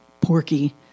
porky